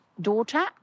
daughter